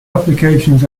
applications